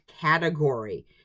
category